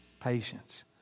Patience